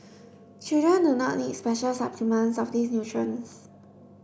children do not need special supplements of these nutrients